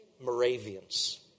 Moravians